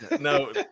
No